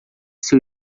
seu